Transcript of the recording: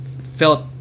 felt